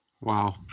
Wow